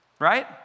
right